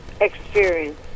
experience